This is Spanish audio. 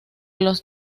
los